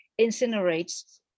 incinerates